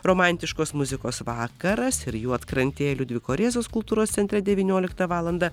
romantiškos muzikos vakaras ir juodkrantėje liudviko rėzos kultūros centre devynioliktą valandą